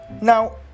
Now